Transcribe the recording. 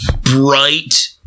bright